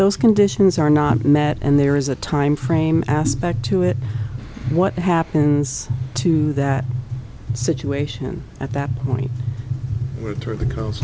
those conditions are not met and there is a time frame aspect to it what happens to that situation at that point t